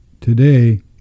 today